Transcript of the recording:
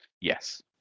Yes